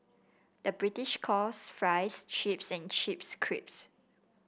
the British calls fries chips and chips crisps